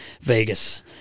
Vegas